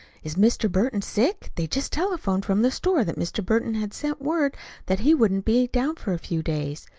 is mr. burton sick? they just telephoned from the store that mr. burton had sent word that he wouldn't be down for a few days.